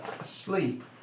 asleep